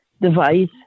device